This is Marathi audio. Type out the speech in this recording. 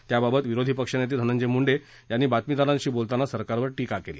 त्याबाबत विरोधी पक्षनेते धनंजय मुंडे यांनी बातमीदारांशी बोलताना सरकारवर टीका केली